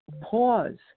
pause